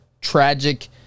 tragic